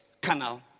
canal